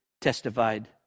testified